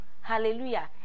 hallelujah